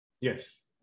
Yes